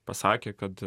pasakė kad